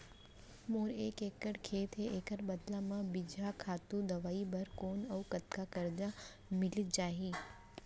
मोर एक एक्कड़ खेत हे, एखर बदला म बीजहा, खातू, दवई बर कोन अऊ कतका करजा मिलिस जाही?